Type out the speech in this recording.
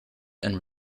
and